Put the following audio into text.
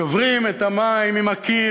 שוברים את המים עם הקיר,